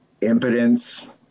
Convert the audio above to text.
Impotence